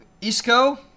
isco